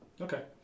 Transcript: Okay